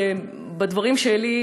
בדברים שלי,